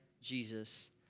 Jesus